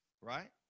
Right